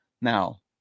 Now